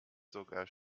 sogar